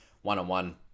one-on-one